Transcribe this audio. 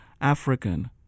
African